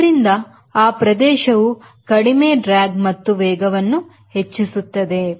ಆದ್ದರಿಂದ ಅ ಪ್ರದೇಶವು ಕಡಿಮೆ ಡ್ರಗ್ ಮತ್ತು ವೇಗವನ್ನು ಹೆಚ್ಚಿಸುತ್ತದೆ